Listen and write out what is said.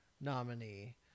nominee